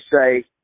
say